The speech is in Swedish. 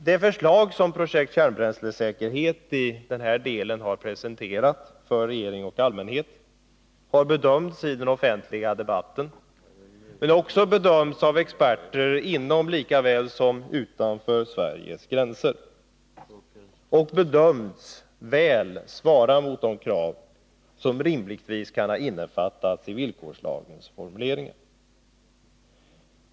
Det förslag som projektet Kärnbränslesäkerhet i denna del har presenterat för regering och allmänhet har bedömts i den offentliga debatten, men det har också bedömts av experter inom lika väl som utanför Sveriges gränser — och det har bedömts väl svara mot de krav som rimligtvis kan anges innefattas i villkorslagens formuleringar.